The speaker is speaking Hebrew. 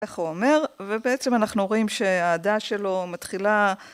איך הוא אומר, ובעצם אנחנו רואים שהאהדה שלו מתחילה